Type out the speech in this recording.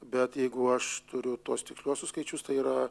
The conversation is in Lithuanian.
bet jeigu aš turiu tuos tiksliuosius skaičius tai yra